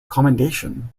commendation